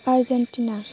Argentina